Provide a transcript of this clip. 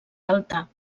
alta